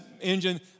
engine